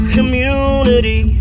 Community